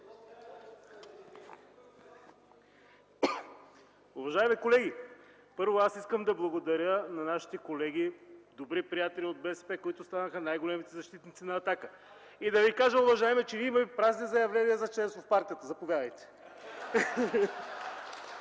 Уважаеми колеги! Първо, аз искам да благодаря на нашите колеги, добри приятели от БСП, които станаха най-големите защитници на „Атака”, и да ви кажа, уважаеми, че има и празни заявления за членство в партията. Заповядайте!